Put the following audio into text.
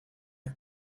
det